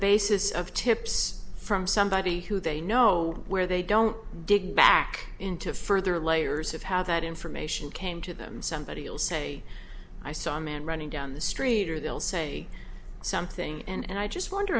basis of tips from somebody who they know where they don't dig back into further layers of how that information came to them somebody else say i saw a man running down the street or they'll say something and i just wonder